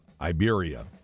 Iberia